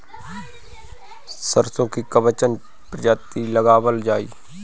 सरसो की कवन प्रजाति लगावल जाई?